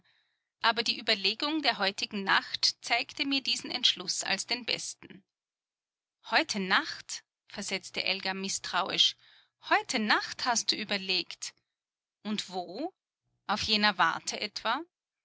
aber die überlegung der heutigen nacht zeigte mir diesen entschluß als den besten heute nacht versetzte elga mißtrauisch heute nacht hast du überlegt und wo auf jener warte etwa